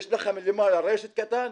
יש למטה רשת קטן,